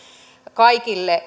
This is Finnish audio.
kaikille